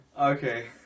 Okay